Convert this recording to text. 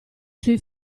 suoi